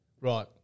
Right